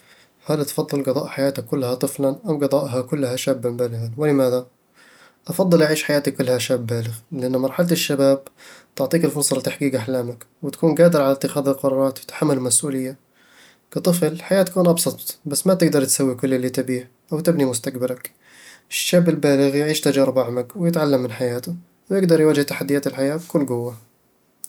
هل تفضل قضاء حياتك كلها طفلًا أم قضائها كلها شابًا بالغًا؟ ولماذا؟ أفضّل أعيش حياتي كلها شاب بالغ، لأن مرحلة الشباب تعطيك الفرصة لتحقيق أحلامك، وتكون قادر على اتخاذ القرارات وتحمل المسؤولية كطفل، الحياة تكون أبسط بس ما تقدر تسوي كل اللي تبيّه أو تبني مستقبلك. الشاب البالغ يعيش تجارب أعمق، ويتعلم من حياته، ويقدر يواجه تحديات الحياة بكل قوة